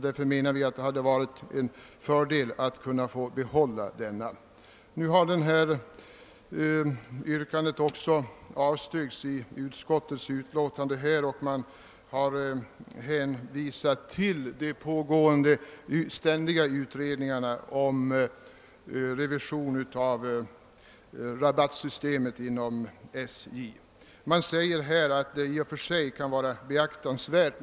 Därför menar vi att det hade varit en fördel för en änka att få behålla den förmånen. Vårt yrkande har nu också avstyrkts av utskottet i dess utlåtande under förevarande punkt. Utskottet hänvisar till de pågående ständiga utredningarna om revision av rabattsystemet inom SJ. Utskottet säger att vad motionärerna anfört i och för sig framstår som beaktansvärt.